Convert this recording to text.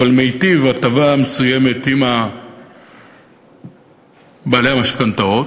אבל זה חוק שמיטיב הטבה מסוימת עם בעלי המשכנתאות,